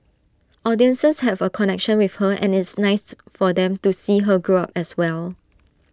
audiences have A connection with her and it's nice to for them to see her grow up as well